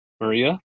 Maria